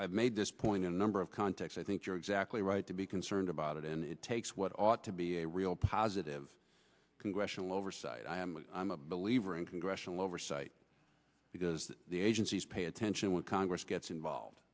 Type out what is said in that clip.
i made this point a number of contacts i think you're exactly right to be concerned about it and it takes what ought to be a real positive congressional oversight i'm a believer in congressional oversight because the agencies pay tension when congress gets involved